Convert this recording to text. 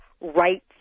right